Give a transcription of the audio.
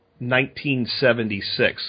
1976